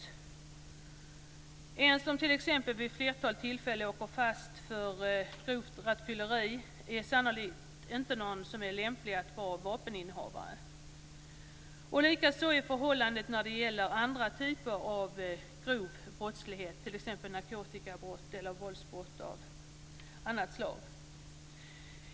En person som t.ex. vid ett flertal tillfällen åker fast för grovt rattfylleri är sannolikt inte lämplig som vapeninnehavare. Likadant är förhållandet när det gäller andra typer av grov brottslighet, t.ex. narkotikabrott eller våldsbrott av olika slag.